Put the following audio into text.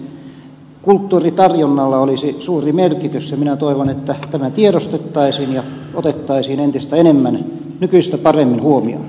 heille juuri joukkoviestimien kulttuuritarjonnalla olisi suuri merkitys ja minä toivon että tämä tiedostettaisiin ja otettaisiin nykyistä paremmin huomioon